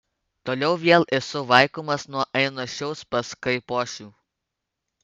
toliau vėl esu vaikomas nuo ainošiaus pas kaipošių